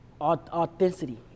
Authenticity